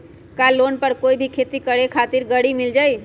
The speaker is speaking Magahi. का लोन पर कोई भी खेती करें खातिर गरी मिल जाइ?